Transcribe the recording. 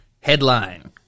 Headline